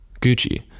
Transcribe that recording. Gucci